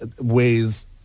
ways